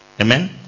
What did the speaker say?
Amen